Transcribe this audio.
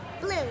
Blue